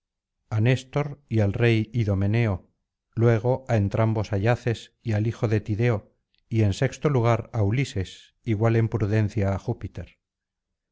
á néstor y al rey idomeneo luego á entrambos ayaces y al hijo de tídeo y en sexto lugar á ulises igual en prudencia á júpiter